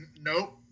nope